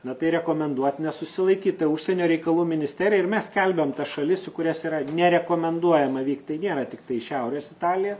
na tai rekomenduot nesusilaikyt tai užsienio reikalų ministerija ir mes skelbiam tas šalis į kurias yra nerekomenduojama vykt tai nėra tiktai šiaurės italija